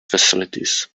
facilities